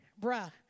bruh